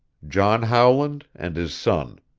john howland and his son.